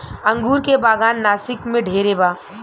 अंगूर के बागान नासिक में ढेरे बा